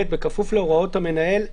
בכפוף להוראות המנהל,